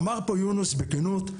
אמר פה יונס בכנות,